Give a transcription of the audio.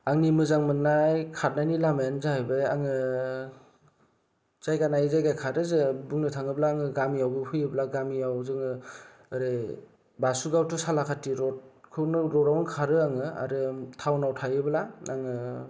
आंनि मोजां मोननाय खारनायनि लामायानो जायैबाय आङो जायगा नायै जायगा खारो जो बुंनो थाङोब्ला गामियावबो फैयोब्ला गामियाव जोङो ओरै बासुगाव थु सालाखाथि रथखौनो रथआवनो खारो आङो आरो थावनाव थायोब्ला आङो